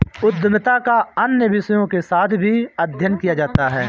उद्यमिता का अन्य विषयों के साथ भी अध्ययन किया जाता है